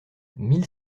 mille